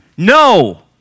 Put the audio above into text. No